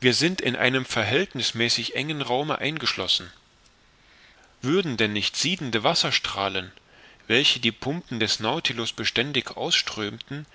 wir sind in einem verhältnißmäßig engen raum eingeschlossen würden denn nicht siedende wasserstrahlen welche die pumpen des nautilus beständig ausströmten